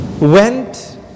went